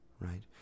right